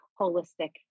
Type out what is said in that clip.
holistic